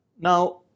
Now